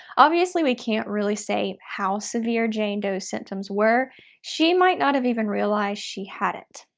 obviously we can't really say how severe jane doe's symptoms were she might not have even realized she had it.